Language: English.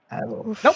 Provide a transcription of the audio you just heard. Nope